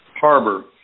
Harbor